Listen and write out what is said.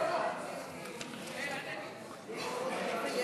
לא לא לא.